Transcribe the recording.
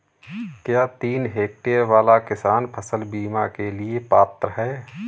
क्या तीन हेक्टेयर वाला किसान फसल बीमा के लिए पात्र हैं?